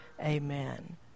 Amen